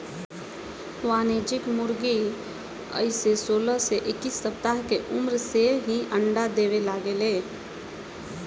वाणिज्यिक मुर्गी अइसे सोलह से इक्कीस सप्ताह के उम्र से ही अंडा देवे लागे ले